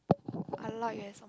a lot you have some